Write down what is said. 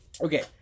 Okay